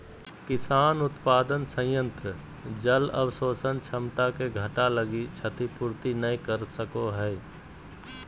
किसान उत्पादन संयंत्र जल अवशोषण क्षमता के घटा लगी क्षतिपूर्ति नैय कर सको हइ